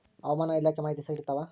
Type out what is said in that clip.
ಹವಾಮಾನ ಇಲಾಖೆ ಮಾಹಿತಿ ಸರಿ ಇರ್ತವ?